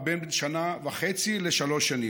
הוא בין שנה וחצי לשלוש שנים.